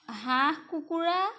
হাঁহ কুকুৰা